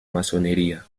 masonería